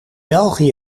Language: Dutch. belgië